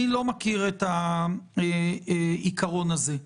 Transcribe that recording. אני לא מכיר את העיקרון הזה.